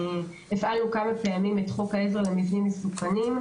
והפעלנו כמה פעמים את חוק העזר למבנים מסוכנים.